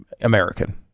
american